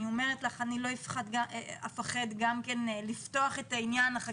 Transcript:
אני לא אפחד גם לפתוח את העניין לדיון מאוד מאוד נרחב,